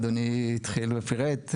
ואדוני התחיל ופירט,